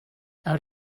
out